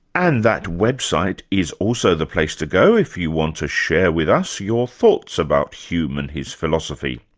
and that website is also the place to go if you want to share with us your thoughts about hume and his philosophy.